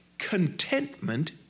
contentment